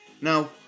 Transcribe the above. Now